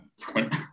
point